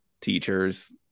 teachers